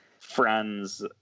friends